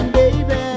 baby